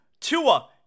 Tua